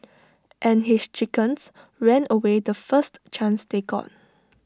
and his chickens ran away the first chance they got